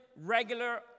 regular